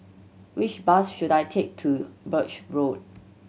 which bus should I take to Birch Road